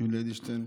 יולי אדלשטיין,